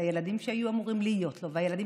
הילדים שהיו אמורים להיות לו והילדים